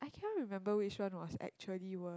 I cannot remember which one was actually wor~